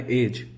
age